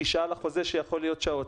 פגישה על החוזה שיכול להיות שעות,